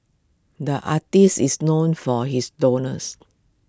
the artist is known for his doodles